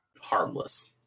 harmless